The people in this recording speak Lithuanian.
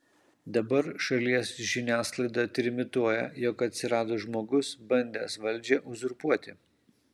dabar šalies žiniasklaida trimituoja jog atsirado žmogus bandęs valdžią uzurpuoti